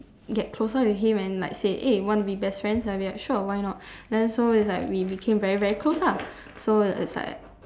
get closer with him and like say eh want to be best friends and we're like sure why not then so is like we became very very close lah so is like